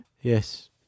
Yes